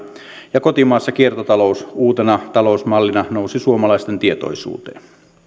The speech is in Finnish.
ja kotimaassa kiertotalous uutena talousmallina nousi suomalaisten tietoisuuteen